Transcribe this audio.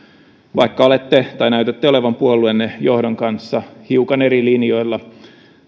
koska näytätte olevan puolueenne johdon kanssa hiukan eri linjoilla